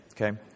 Okay